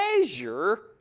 measure